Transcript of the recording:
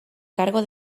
cargo